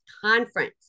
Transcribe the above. Conference